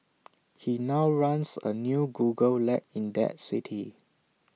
he now runs A new Google lab in that city